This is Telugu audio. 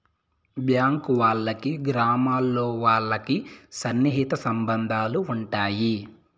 బ్యాంక్ వాళ్ళకి గ్రామాల్లో వాళ్ళకి సన్నిహిత సంబంధాలు ఉంటాయి